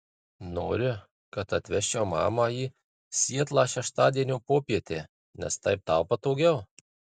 nori kad atvežčiau mamą į sietlą šeštadienio popietę nes tau taip patogiau